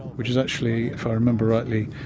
which is actually, if i remember rightly,